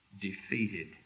defeated